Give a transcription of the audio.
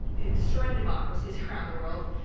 destroying democracies around the world,